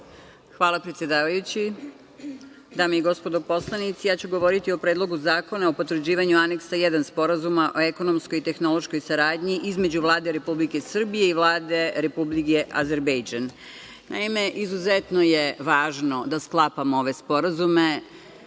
Hvala predsedavajući. Dame i gospodo poslanici, ja ću govoriti o Predlogu zakona o potvrđivanju Aneksa I, Sporazuma o ekonomskoj i tehnološkoj saradnji, između Vlade Republike Srbije i Vlade Republike Azerbejdžan. Naime, izuzetno je važno da sklapamo ove sporazume